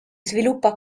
sviluppa